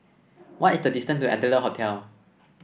what is the distance to Adler Hostel